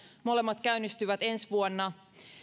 molemmat käynnistyvät ensi vuonna